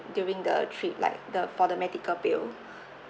during the trip like the for the medical bill